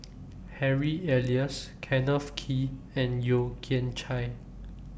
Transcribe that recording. Harry Elias Kenneth Kee and Yeo Kian Chai